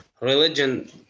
religion